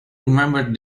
remembered